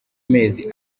mezi